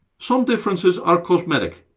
some differences are cosmetic.